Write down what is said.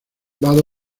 vado